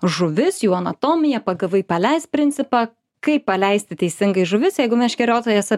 žuvis jų anatomiją pagavai paleisk principą kaip paleisti teisingai žuvis jeigu meškeriotojas